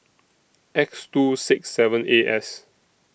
X two six seven A S